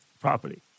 property